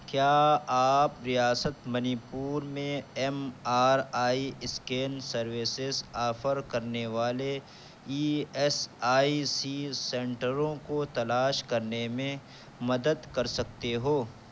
کیا آپ ریاست منی پور میں M R I scan services offer کرنے والے ای ایس آئی سی سنٹروں کو تلاش کرنے میں مدد کر سکتے ہو